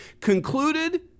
concluded